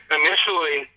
initially